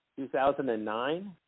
2009